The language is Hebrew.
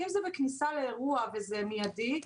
אם זה בכניסה לאירוע וזה מיידי,